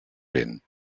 vent